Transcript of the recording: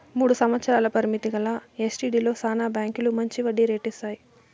మూడు సంవత్సరాల పరిమితి గల ఎస్టీడీలో శానా బాంకీలు మంచి వడ్డీ రేటు ఇస్తాయి